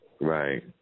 Right